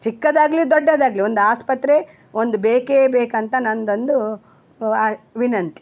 ಚಿಕ್ಕದಾಗಲಿ ದೊಡ್ಡದಾಗಲಿ ಒಂದು ಆಸ್ಪತ್ರೆ ಒಂದು ಬೇಕೇ ಬೇಕಂತ ನನ್ನದೊಂದು ವಿನಂತಿ